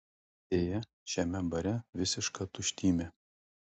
deja šiame bare visiška tuštymė